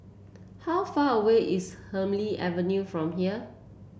how far away is Hemsley Avenue from here